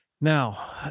Now